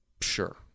sure